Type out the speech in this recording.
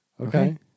Okay